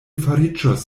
fariĝos